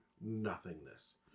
nothingness